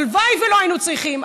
הלוואי שלא היינו צריכים,